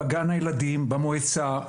בגן הילדים, במועצה.